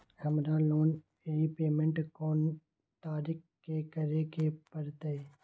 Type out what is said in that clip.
हमरा loan repayment कोन तारीख के करे के परतई?